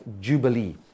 Jubilee